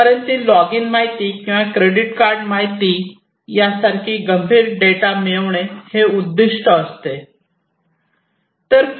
परंतु लॉगिन माहिती किंवा क्रेडिट कार्ड माहिती यासारखी गंभीर डेटा मिळविणे हे उद्दीष्ट असते